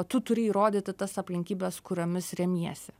tu turi įrodyti tas aplinkybes kuriomis remiesi